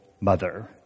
mother